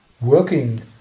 working